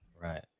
Right